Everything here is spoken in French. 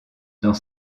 dans